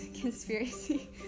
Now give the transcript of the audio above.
conspiracy